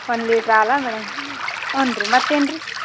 ಒಂದು ಲೀಟ್ರ್ ಹಾಲು ಮೇಡಮ್ ಹ್ಞೂ ರೀ ಮತ್ತೇನು ರೀ